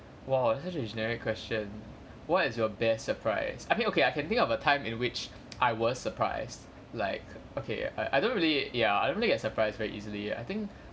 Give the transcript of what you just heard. !wow! that's such a generic question what is your best surprise I mean okay I can think of a time in which I was surprised like okay I I don't really ya I don't really get surprised very easily I think